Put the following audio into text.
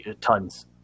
tons